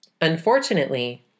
Unfortunately